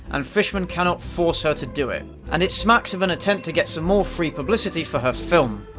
and fishman cannot force her to do it. and it smacks of an attempt to get some more free publicity for her film.